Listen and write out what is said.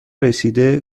رسیده